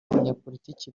abanyapolitiki